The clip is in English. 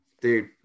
dude